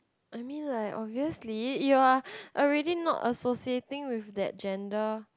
I mean like obviously you are already not associating with that gender